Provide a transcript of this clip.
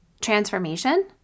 transformation